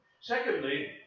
Secondly